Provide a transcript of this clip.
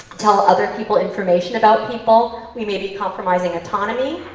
tell other people information about people, we may be compromising autonomy.